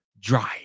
Drive